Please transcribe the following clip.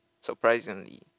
surprisingly